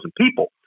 people